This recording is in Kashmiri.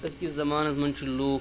أزکِس زمانَس منٛز چھِ لوٗکھ